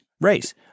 Race